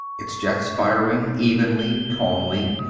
its jets firing evenly, calmly,